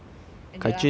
angela say